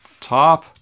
top